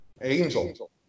Angel